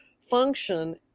function